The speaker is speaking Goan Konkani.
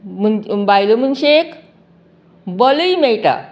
मन बायल मनशेक बलय मेळटा